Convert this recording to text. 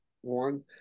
one